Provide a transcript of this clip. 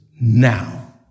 now